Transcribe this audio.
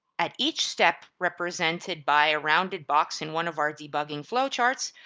at each step, represented by a rounded box in one of our debugging flowcharts,